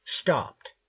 stopped